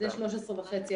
לפי בדיקה